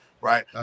right